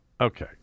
okay